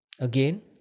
Again